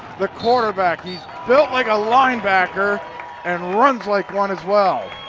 the quarterback, he's built like a linebacker and runs like one as well.